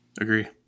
Agree